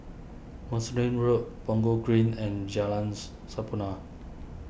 Road Punggol Green and Jalan's Sampurna